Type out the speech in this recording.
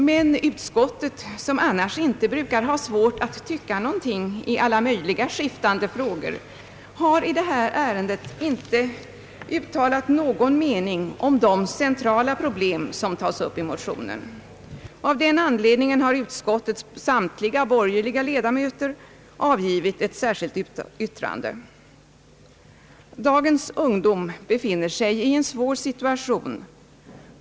Men utskottet, som annars inte brukar ha svårt att tycka någonting i alla möjliga skiftande frågor, har i detta ärende inte uttalat någon mening om de centrala problem som tas upp i motionen. Av den anledningen har utskottets samt Dagens ungdom befinner sig i en svår situation.